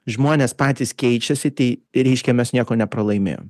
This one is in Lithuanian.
žmonės patys keičiasi tai reiškia mes nieko nepralaimėjom